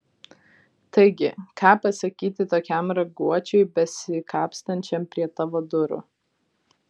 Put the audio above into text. taigi ką pasakyti tokiam raguočiui besikapstančiam prie tavo durų